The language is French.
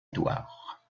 édouard